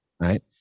right